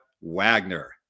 Wagner